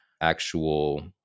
actual